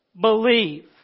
believe